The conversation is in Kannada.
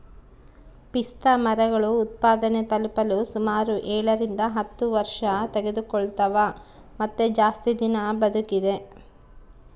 ಪಿಸ್ತಾಮರಗಳು ಉತ್ಪಾದನೆ ತಲುಪಲು ಸುಮಾರು ಏಳರಿಂದ ಹತ್ತು ವರ್ಷತೆಗೆದುಕೊಳ್ತವ ಮತ್ತೆ ಜಾಸ್ತಿ ದಿನ ಬದುಕಿದೆ